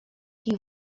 ich